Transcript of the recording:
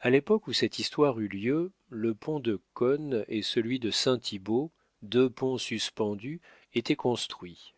a l'époque où cette histoire eut lieu le pont de cosne et celui de saint thibault deux ponts suspendus étaient construits